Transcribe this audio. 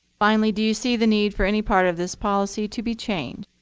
finally, do you see the need for any part of this policy to be changed?